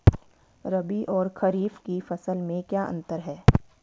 रबी और खरीफ की फसल में क्या अंतर है?